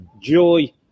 joy